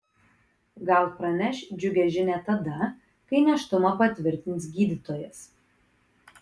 gal praneš džiugią žinią tada kai nėštumą patvirtins gydytojas